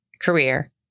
career